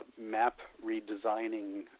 map-redesigning